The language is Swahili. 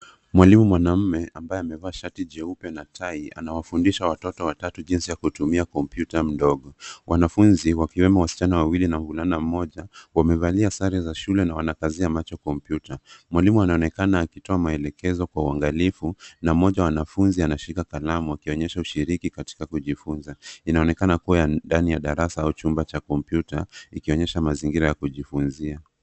Mwalimu mwanaume ambaye amevalia shati jeupe na tai anawafundisha watoto watatu jinsi ya kutumia kompyuta ndogo. Wanafunzi wakiwemo wasichana wawili na mvulana mmoja wamevalia sare za shule na wakazia macho kompyuta. Mwalimu anaonekana akitoa maelekezo kwa uangalifu na mmoja wa wanafunzi anashika kalamu akionyesha ushiriki katika kujifunza. Inaonekana kuwa ndani ya darasa au chumba cha kompyuta ikionyesha mazingira ya kujifunza.